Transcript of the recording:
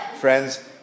Friends